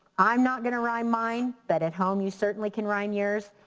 i'm not gonna rhyme mine but at home you certainly can rhyme yours.